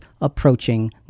approaching